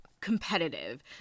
competitive